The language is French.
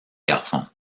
garçon